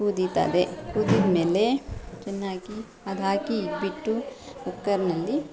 ಕುದಿತದೆ ಕುದಿದ ಮೇಲೆ ಚೆನ್ನಾಗಿ ಅದು ಹಾಕಿ ಇಕ್ಬಿಟ್ಟು ಕುಕ್ಕರ್ನಲ್ಲಿ